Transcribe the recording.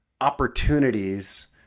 opportunities